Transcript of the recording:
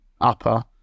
upper